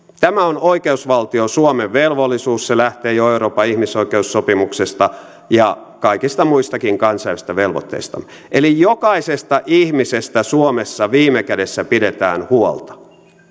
tämä on oikeusvaltio suomen velvollisuus se lähtee jo euroopan ihmisoikeussopimuksesta ja kaikista muistakin kansainvälisistä velvoitteistamme eli jokaisesta ihmisestä suomessa viime kädessä pidetään huolta